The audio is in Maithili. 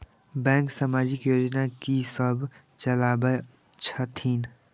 बैंक समाजिक योजना की सब चलावै छथिन?